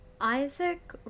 Isaac